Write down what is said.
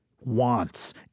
wants